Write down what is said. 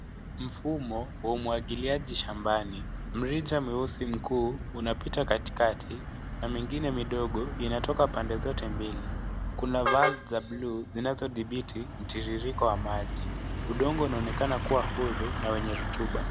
Mfumo wa umwagiliaji shambani mrija mweusi mkuu inapita katikati na mengine midogo inapita katikati ya pande zote mbili kuna valve za blue zinazodhibithi mtiririko WA maji udongo unaonekana kuwa huru na wenye rutupa .